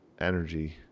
energy